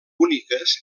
úniques